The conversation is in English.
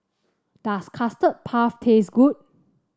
does Custard Puff taste good